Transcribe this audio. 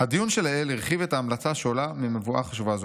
"הדיון שלעיל הרחיב את ההמלצה שעולה ממובאה חשובה זו.